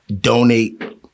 donate